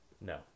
No